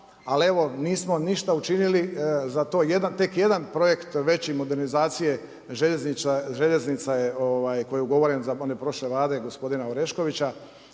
ali evo ništa nismo učinili. Tek jedan projekt veći modernizacije željeznica je koji je ugovoren za one prošle vlade gospodina Oreškovića